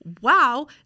wow